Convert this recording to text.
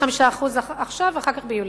25% עכשיו, ואחר כך, ביולי.